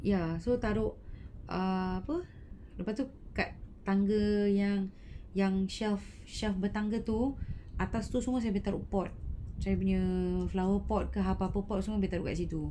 ya so taruk err apa letak tu kat tangga yang yang shelf shelf bertangga tu atas tu semua saya boleh taruk pot cari punya flower pot ke apa-apa pot semua boleh taruk kat situ